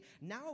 now